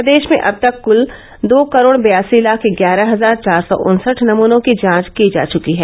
प्रदेश में अब तक क्ल दो करोड़ बयासी लाख ग्यारह हजार चार सौ उन्सठ नमूनों की जांच की जा चुकी है